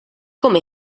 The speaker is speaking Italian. come